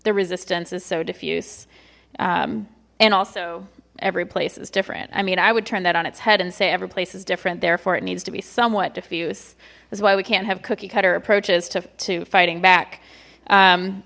the resistance is so diffuse and also every place is different i mean i would turn that on its head and say every place is different therefore it needs to be somewhat diffuse that's why we can't have cookie cutter approaches to fighting back